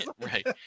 Right